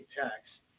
tax